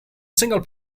single